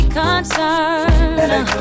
concerned